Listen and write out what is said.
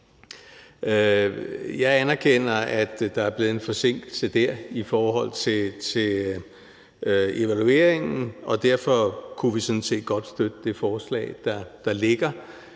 Jeg anerkender, at der har været en forsinkelse dér i forhold til evalueringen, og derfor kunne vi sådan set godt støtte det forslag, der ligger.